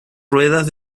ruedas